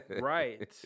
Right